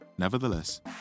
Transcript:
Nevertheless